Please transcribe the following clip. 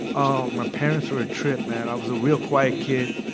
ah my parents were a trip, man. i was a real quiet kid.